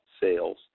sales